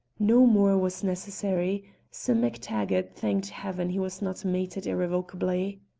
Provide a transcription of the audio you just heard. no more was necessary sim mactaggart thanked heaven he was not mated irrevocably.